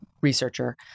researcher